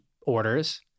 orders